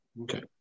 okay